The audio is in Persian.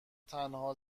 تنها